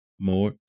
more